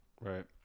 Right